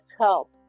help